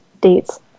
dates